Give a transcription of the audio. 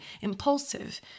impulsive